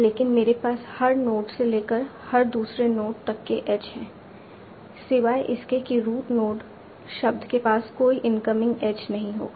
लेकिन मेरे पास हर नोड से लेकर हर दूसरे नोड तक के एज हैं सिवाय इसके कि रूट नोड शब्द के पास कोई इनकमिंग एज नहीं होगा